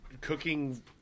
cooking